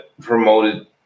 promoted